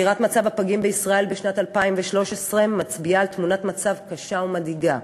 סקירת מצב הפגים בישראל בשנת 2013 מצביעה על תמונת מצב קשה ומדאיגה.